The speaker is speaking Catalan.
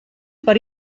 per